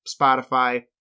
Spotify